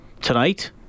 tonight